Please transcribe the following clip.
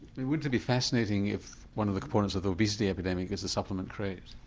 wouldn't it be fascinating if one of the components of the obesity epidemic is the supplement craze?